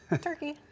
Turkey